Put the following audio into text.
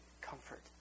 comfort